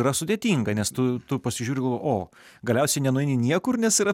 yra sudėtinga nes tu tu pasižiūriu o galiausiai nenueini niekur nes yra